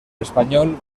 español